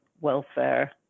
welfare